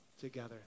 together